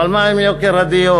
אבל מה עם יוקר הדיור?